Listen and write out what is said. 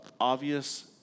obvious